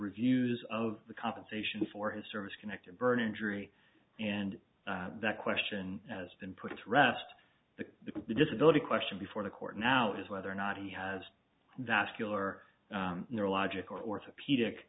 reviews of the compensation for his service connected burn injury and that question has been put to rest disability question before the court now is whether or not he has vascular neurologic orthopedic